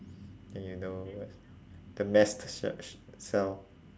then you know wha~ the mast c~ ce~ cell